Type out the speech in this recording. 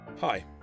Hi